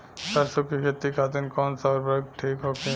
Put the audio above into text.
सरसो के खेती खातीन कवन सा उर्वरक थिक होखी?